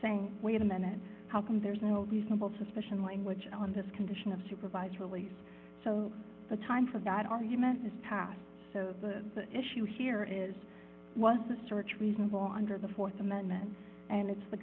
saying wait a minute how come there's no reasonable suspicion language in this condition of supervised release so the time for that argument is passed so the issue here is was the search reasonable under the th amendment and it's the